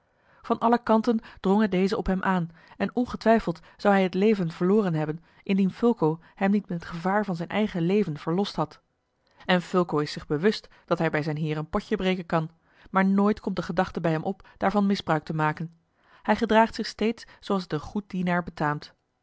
van alle kanten drongen dezen op hem aan en ongetwijfeld zou hij het leven verloren hebben indien fulco hem niet met gevaar van zijn eigen leven verlost had en fulco is zich bewust dat hij bij zijn heer een potje breken kan maar nooit komt de gedachte bij hem op daarvan misbruik te maken hij gedraagt zich steeds zooals het een goed dienaar betaamt